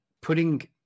putting